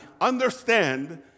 understand